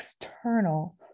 external